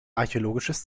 archäologisches